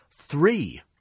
three